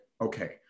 okay